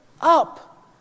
up